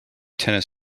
tennis